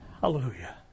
Hallelujah